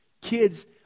Kids